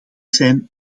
zijn